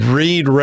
read